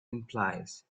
implies